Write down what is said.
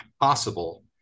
possible